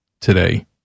today